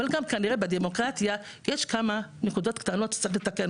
אבל גם כנראה בדמוקרטיה יש כמה נקודות קטנות שצריך לתקן,